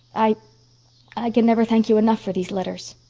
i i can never thank you enough for these letters.